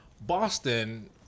Boston